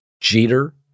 Jeter